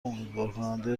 امیدوارکننده